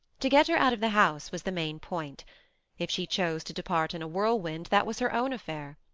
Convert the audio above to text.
to get her out of the house was the main point if she chose to depart in a whirlwind, that was her own affair.